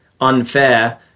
unfair